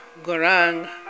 Gorang